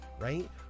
right